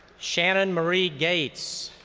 shannon marie gates,